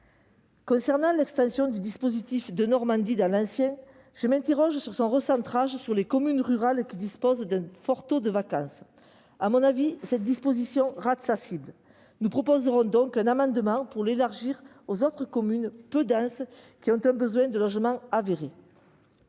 concerne l'extension du dispositif Denormandie dans l'ancien, je m'interroge sur son recentrage sur les communes rurales qui disposent d'un fort taux de vacance. À mon avis, cette disposition rate sa cible. Nous proposerons donc un amendement visant à l'étendre aux autres communes peu denses ayant un besoin de logement avéré.